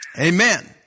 Amen